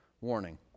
warning